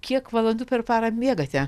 kiek valandų per parą miegate